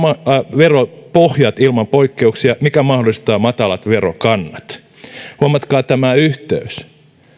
veropohjat ilman poikkeuksia mikä mahdollistaa matalat verokannat huomatkaa tämä yhteys